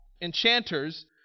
enchanters